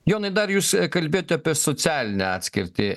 jonai dar jus kalbėjot apie socialinę atskirtį